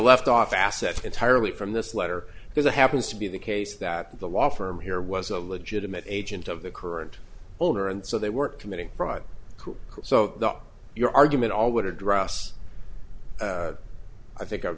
left off assets entirely from this letter because a happens to be the case that the law firm here was a legitimate agent of the current owner and so they were committing fraud so your argument all would address i think